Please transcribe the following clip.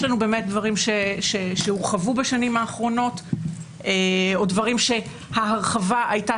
יש לנו דברים שהורחבו בשנים האחרונות או דברים שההרחבה הייתה